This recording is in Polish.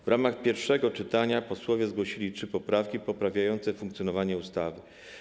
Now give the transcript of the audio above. W ramach pierwszego czytania posłowie zgłosili trzy poprawki poprawiające funkcjonowanie ustawy.